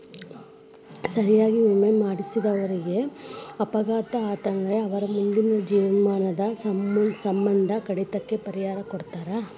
ಸರಿಯಾಗಿ ವಿಮೆ ಮಾಡಿದವರೇಗ ಅಪಘಾತ ಆತಂದ್ರ ಅವರ್ ಮುಂದಿನ ಜೇವ್ನದ್ ಸಮ್ಮಂದ ಕಡಿತಕ್ಕ ಪರಿಹಾರಾ ಕೊಡ್ತಾರ್